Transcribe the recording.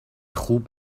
خوب